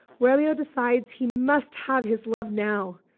romeo decides he must have his love now,